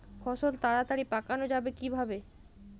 ফসল তাড়াতাড়ি পাকানো যাবে কিভাবে?